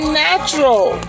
natural